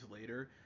later